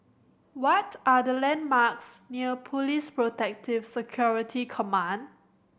what are the landmarks near Police Protective Security Command